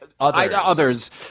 Others